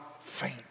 faint